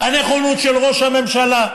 הנכונות של ראש הממשלה,